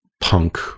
punk